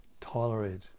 tolerate